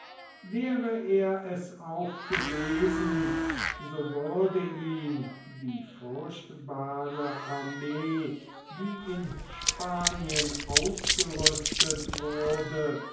wäre er es auch gewesen so würde ihn die furchtbare armee die in spanien ausgerüstet wurde